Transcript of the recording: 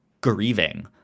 grieving